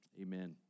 amen